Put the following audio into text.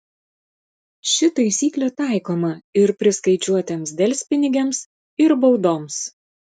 ši taisyklė taikoma ir priskaičiuotiems delspinigiams ir baudoms